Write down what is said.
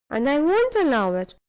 and i won't allow it.